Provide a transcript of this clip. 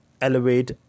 elevate